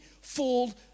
fooled